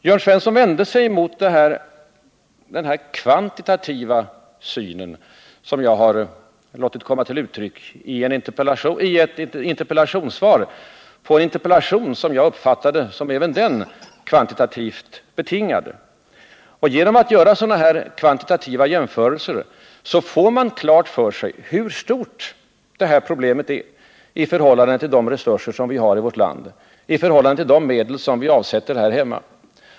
Jörn Svensson vände sig emot den kvantitativa syn som jag har låtit komma till uttryck i mitt svar på en interpellation som jag uppfattade som även den kvantitativt betingad. Genom att göra kvantitativa jämförelser får man klart för sig hur stort problemet är i förhållande till de resurser som vi har i vårt land, i förhållande till de medel som vi avsätter här hemma.